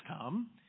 come